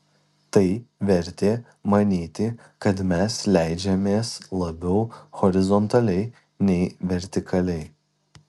tai vertė manyti kad mes leidžiamės labiau horizontaliai nei vertikaliai